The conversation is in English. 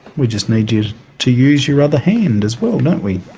we just need you to use your other hand as well, don't we.